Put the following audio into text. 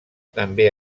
també